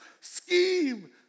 scheme